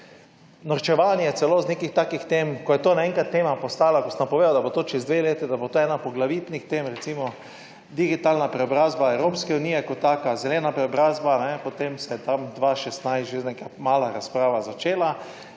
norčevanje iz takih tem. Ko je to naenkrat postalo tema, ko sem napovedal, da bo čez dve leti to ena poglavitnih tem, recimo digitalna preobrazba Evropske unije kot taka, zelena preobrazba, potem se je tam 2016 že neka mala razprava začela.